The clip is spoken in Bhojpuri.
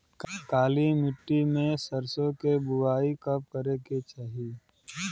काली मिट्टी में सरसों के बुआई कब करे के चाही?